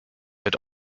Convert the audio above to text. wird